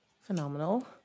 Phenomenal